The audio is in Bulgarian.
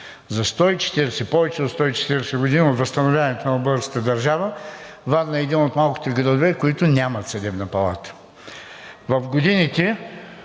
За повече от 140 години от възстановяването на българската държава Варна е един от малкото градове, които нямат Съдебна палата. В годините